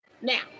Now